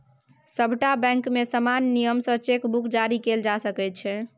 सभटा बैंकमे समान नियम सँ चेक बुक जारी कएल जा सकैत छै